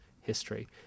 history